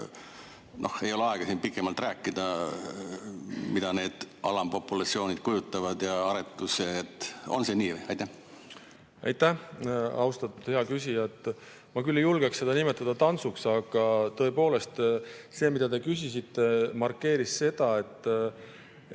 Noh, ei ole aega siin pikemalt rääkida, mida need alampopulatsioonid ja aretused endast kujutavad. On see nii või? Aitäh, austatud hea küsija! Ma küll ei julgeks seda nimetada tantsuks. Aga tõepoolest, see, mida te küsisite, markeeris seda, et